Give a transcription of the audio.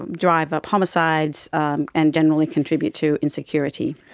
drive up homicides um and generally contribute to insecurity.